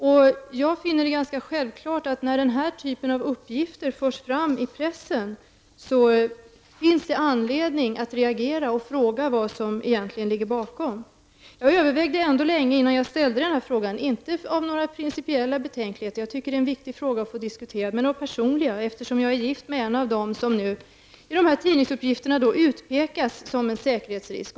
Jag finner det ganska självklart att det, när den här typen av uppgifter förs fram i pressen, finns anledning att reagera och fråga vad som egentligen ligger bakom. Jag övervägde ändå länge innan jag ställde denna fråga. Det berodde inte på några principiella betänkligheter. Jag tycker att det är en viktig fråga att diskutera. Jag övervägde av personliga skäl, eftersom jag är gift med en av de personer som nu i dessa tidningsuppgifter utpekas som säkerhetsrisk.